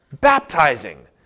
Baptizing